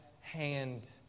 hand